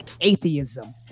Atheism